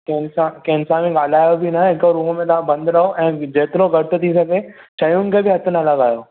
कंहिं सां कंहिं सां बि ॻाल्हायो बि न हिकु रूम में तव्हां बंदि रहो ऐं जेतिरो घटि थी सघे शयुनि खे बि हथु न लॻायो